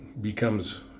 becomes